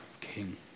king